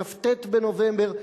בכ"ט בנובמבר,